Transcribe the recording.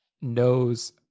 knows